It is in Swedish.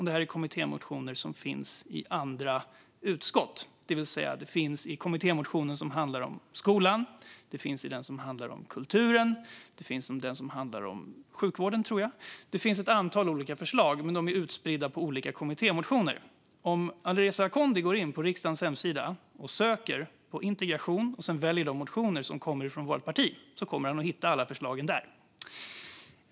Det är kommittémotioner som finns i andra utskott, vilket innebär att detta finns i den kommittémotion som handlar om skolan, i den som handlar om kulturen och, tror jag, i den som handlar om sjukvården. Det finns alltså ett antal olika förslag, men de är utspridda på olika kommittémotioner. Om Alireza Akhondi går in på riksdagens hemsida och söker på "integration" och sedan väljer de motioner som kommer från vårt parti kommer han att hitta alla förslagen där.